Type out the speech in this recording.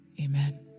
Amen